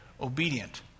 obedient